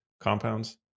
compounds